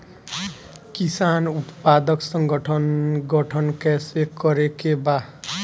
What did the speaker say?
किसान उत्पादक संगठन गठन कैसे करके बा?